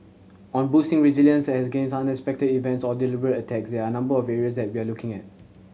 on boosting resilience against unexpected events or deliberate attack there are number of areas that we are looking at